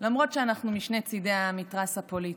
למרות שאנחנו משני צידי המתרס הפוליטי.